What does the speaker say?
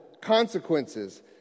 consequences